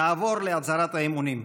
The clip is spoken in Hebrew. נעבור להצהרת האמונים.